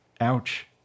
Ouch